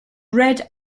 red